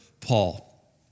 Paul